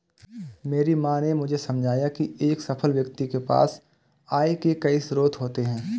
मेरी माँ ने मुझे समझाया की एक सफल व्यक्ति के पास आय के कई स्रोत होते हैं